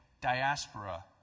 diaspora